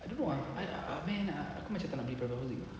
I don't know ah I I mean aku macam tak nak beli private housing